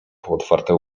półotwarte